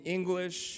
English